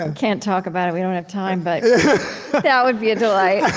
and can't talk about it we don't have time. but that would be a delight.